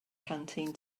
canteen